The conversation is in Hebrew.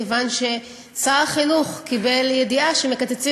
מכיוון ששר החינוך קיבל ידיעה שמקצצים